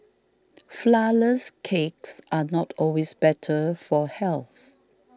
Flourless Cakes are not always better for health